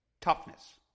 Toughness